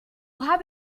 habe